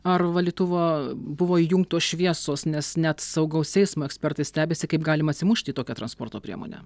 ar valytuvo buvo įjungtos šviesos nes net saugaus eismo ekspertai stebisi kaip galima atsimušti į tokią transporto priemonę